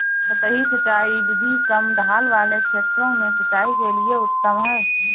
सतही सिंचाई विधि कम ढाल वाले क्षेत्रों में सिंचाई के लिए उत्तम है